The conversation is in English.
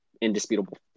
indisputable